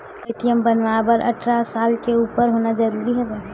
का ए.टी.एम बनवाय बर अट्ठारह साल के उपर होना जरूरी हवय?